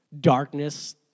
Darkness